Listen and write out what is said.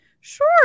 Sure